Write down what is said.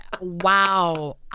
wow